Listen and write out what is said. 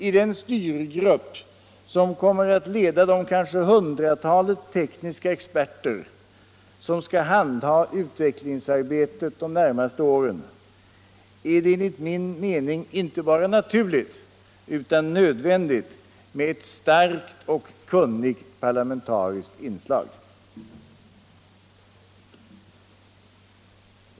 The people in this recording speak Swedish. I den styrgrupp som kommer att leda de kanske hundratalet tekniska experter som skall handha utvecklingsarbetet de närmaste åren är det enligt min mening inte bara naturligt utan också nödvändigt med ett starkt och kunnigt parlamentariskt inslag.